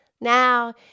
Now